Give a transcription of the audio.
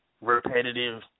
repetitive